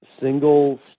single